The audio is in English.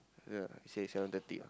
yeah he say seven thirty ah